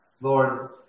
Lord